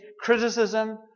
criticism